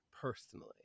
personally